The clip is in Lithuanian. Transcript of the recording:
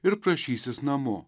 ir prašysis namo